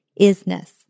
Isness